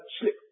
slip